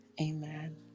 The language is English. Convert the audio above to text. amen